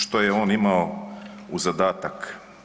Što je on imao u zadatak?